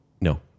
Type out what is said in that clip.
No